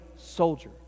soldier